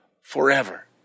forever